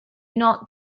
not